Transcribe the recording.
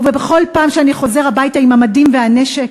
ובכל פעם שאני חוזר הביתה עם המדים והנשק